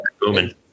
booming